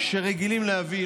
שרגילים להביא,